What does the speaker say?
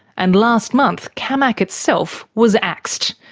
and last month camac itself was axed.